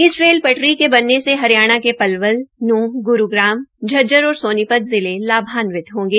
इस रेल पटरी से बनने से हरियाणा के पलवल नूहं गुरूग्राम झज्जर और सोनीपत जिले लाभान्वित होंगे